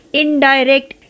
indirect